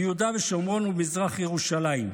ביהודה ושומרון ובמזרח ירושלים.